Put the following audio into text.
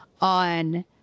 on